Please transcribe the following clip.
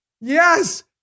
yes